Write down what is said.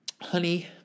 Honey